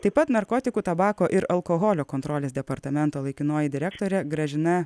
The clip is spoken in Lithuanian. taip pat narkotikų tabako ir alkoholio kontrolės departamento laikinoji direktorė gražina